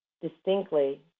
distinctly